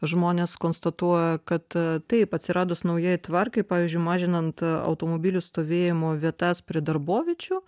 žmonės konstatuoja kad taip atsiradus naujai tvarkai pavyzdžiui mažinant automobilių stovėjimo vietas prie darboviečių